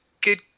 good